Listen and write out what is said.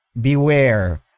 beware